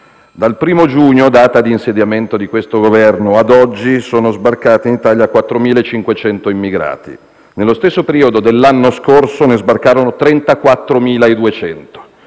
Dal 1° giugno, data di insediamento di questo Governo, ad oggi sono sbarcati in Italia 4.500 immigrati. Nello stesso periodo dell'anno scorso sbarcarono 34.200.